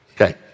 Okay